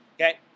Okay